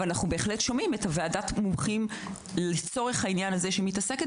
אנחנו בהחלט שומעים את ועדת המומחים לצורך העניין הזה שמתעסקת